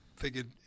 Figured